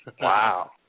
Wow